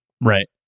Right